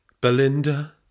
Belinda